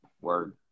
Word